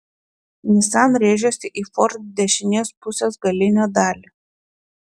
nissan rėžėsi į ford dešinės pusės galinę dalį